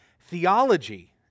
theology